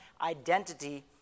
identity